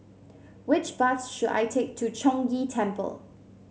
which bus should I take to Chong Ghee Temple